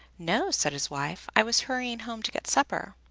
no, said his wife, i was hurrying home to get supper.